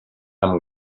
amb